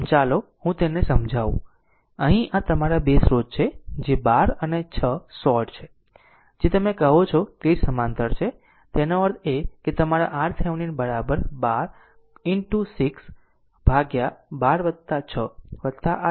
આમ ચાલો હું તેને સમજાવું અહીં આ તમારા બે સ્રોત છે જે 12 અને 6 શોર્ટ છે જે તમે કહો છો તે જ સમાંતર છે તેનો અર્થ એ કે તમારા RThevenin 12 into 6 12 6 આ 4 Ω શ્રેણીમાં છે